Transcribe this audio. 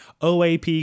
OAP